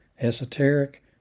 esoteric